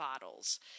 Bottles